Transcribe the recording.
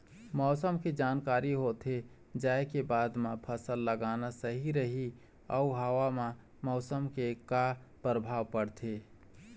मौसम के जानकारी होथे जाए के बाद मा फसल लगाना सही रही अऊ हवा मा उमस के का परभाव पड़थे?